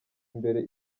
imbere